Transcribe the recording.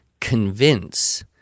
convince